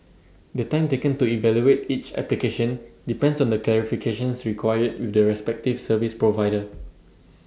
the time taken to evaluate each application depends on the clarifications required with their respective service provider